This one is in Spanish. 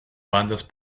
bandas